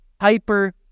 Hyper